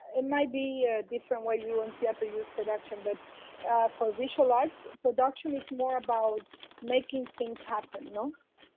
it might be a different way you in theater use production, but for visual arts production is more about making things happen, you know.